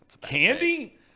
Candy